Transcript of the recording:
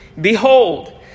Behold